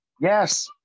Yes